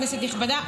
כנסת נכבדה,